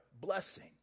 blessing